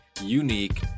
unique